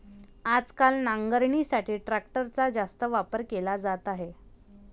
आजकाल नांगरणीसाठी ट्रॅक्टरचा जास्त वापर केला जात आहे